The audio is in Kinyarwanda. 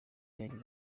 yagize